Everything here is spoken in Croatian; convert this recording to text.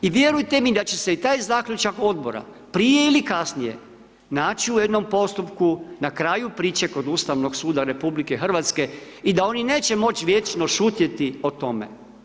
I vjerujte mi da će se i taj zaključak odbora, prije ili kasnije naći u jednom postupku na kraju priče kod Ustavnog suda RH i da oni neće moći vječno šutjeti o tome.